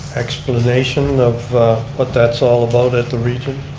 explanation of what that's all about at the region?